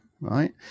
right